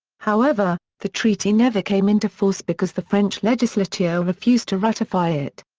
however, the treaty never came into force because the french legislature refused to ratify it.